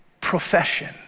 profession